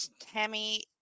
Tammy